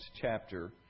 chapter